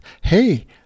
Hey